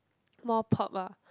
more pop ah